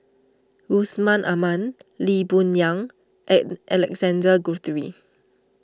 Yusman Aman Lee Boon Yang and Alexander Guthrie